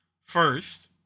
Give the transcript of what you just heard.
First